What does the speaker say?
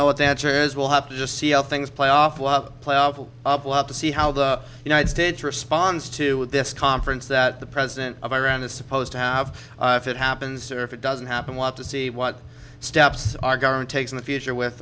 know what the answer is we'll have to just see how things play off walk up to see how the united states responds to this conference that the president of iran is supposed to have if it happens or if it doesn't happen want to see what steps our government takes in the future with